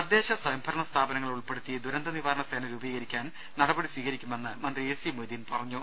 തദ്ദേശസ്വയംഭരണ സ്ഥാപനങ്ങളെ ഉൾപ്പെടുത്തി ദുരന്തനിവാരണ സേന രൂപീകരിക്കാൻ നടപടി സ്വീകരിക്കുമെന്ന് മന്ത്രി എ സി മൊയ്തീൻ പറഞ്ഞു